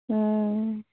हुँ